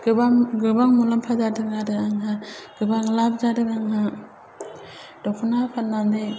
गोबां गोबां मुलाम्फा जादों आरो आंहा गोबां लाभ जादों आंहा दख'ना फान्नानै